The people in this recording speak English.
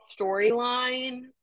storyline